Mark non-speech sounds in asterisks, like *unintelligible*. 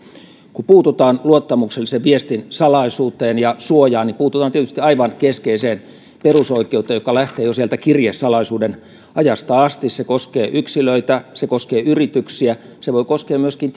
kun puututaan luottamuksellisen viestin salaisuuteen ja suojaan niin puututaan tietysti aivan keskeiseen perusoikeuteen joka lähtee jo sieltä kirjesalaisuuden ajasta asti se koskee yksilöitä se koskee yrityksiä se voi koskea myöskin *unintelligible*